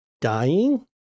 dying